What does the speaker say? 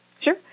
Sure